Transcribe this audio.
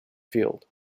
field